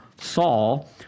Saul